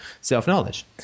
self-knowledge